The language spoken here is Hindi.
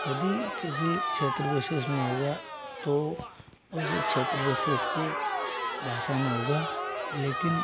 यदि किसी क्षेत्र विशेष में होगा तो उस क्षेत्र विशेष की भाषा में होगा लेकिन